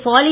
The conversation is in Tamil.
ஃபாலி